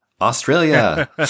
Australia